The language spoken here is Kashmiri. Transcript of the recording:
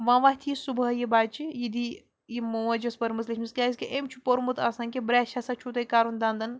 وۄنۍ وَتھِ یہِ صُبحٲے یہِ بَچہٕ یہِ دِی یہِ موج یۄس پٔرمٕژ لیٚچھمٕژ کیٛازکہِ أمۍ چھُ پوٚرمُت آسان کہِ برٛٮ۪ش ہسا چھُو تۄہہِ کَرُن دَنٛدَن